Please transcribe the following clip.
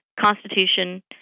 Constitution